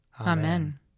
Amen